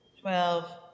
twelve